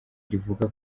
rivuga